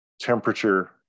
temperature